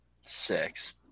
six